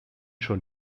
schon